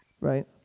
Right